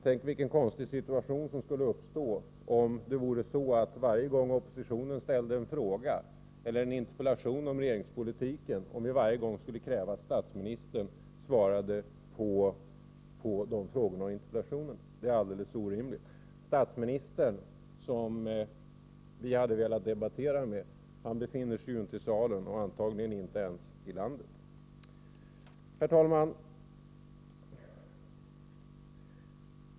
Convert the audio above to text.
Tänk vilken konstig situation som skulle uppstå om oppositionen, varje gång vi ställde en fråga eller en interpellation om regeringspolitiken, skulle kräva att statsministern skulle svara på frågan eller interpellationen. Det är alldeles orimligt. Statsministern, som vi hade velat debattera med, befinner sig inte i salen och antagligen inte ens i landet. Herr talman!